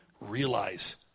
Realize